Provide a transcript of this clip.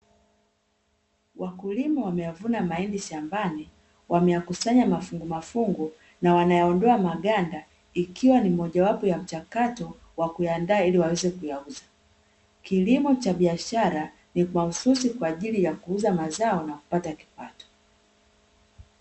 Wakulima wameyavuna mahindi shambani wameyakusanya mafungumafungu, na wanayaondoa maganda ikiwa ni moja wapo ya mchakato wa kuyaandaa ili waweze kuyauza. Kilimo cha biashara ni mahususi kwa ajili ya kuuza mazao na kupata kipato.